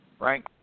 Right